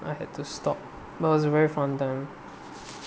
I had to stop but it was very fun though